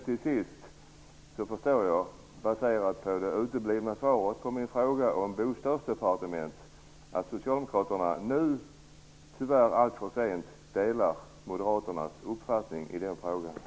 Till sist förstår jag av det uteblivna svaret på min fråga om bostadsdepartement att Socialdemokraterna nu, tyvärr alltför sent, delar Moderaternas uppfattning i den frågan.